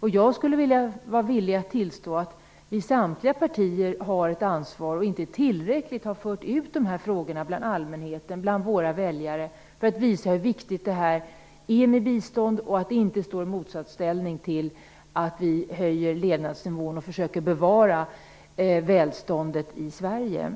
Jag kan tillstå att vi i samtliga partier har ett ansvar och att vi inte tillräckligt har fört ut de här frågorna bland allmänheten, bland våra väljare, för att visa hur viktigt det är med bistånd och att det inte står i motsatsställning till att vi höjer levnadsnivån och försöker bevara välståndet i Sverige.